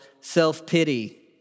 self-pity